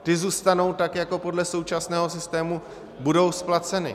Ty zůstanou tak jako podle současného systému splaceny.